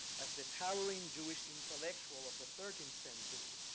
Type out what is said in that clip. as the towering jewish intellectual of the thirteenth century.